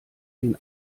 den